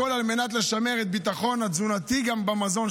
הכול על מנת לשמר את הביטחון התזונתי במזון,